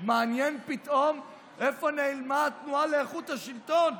מעניין לאן פתאום נעלמה התנועה לאיכות השלטון,